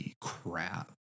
crap